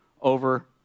over